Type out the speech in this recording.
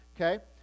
Okay